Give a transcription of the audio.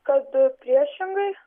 kad priešingai